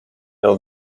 old